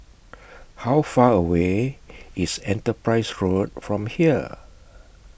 How Far away IS Enterprise Road from here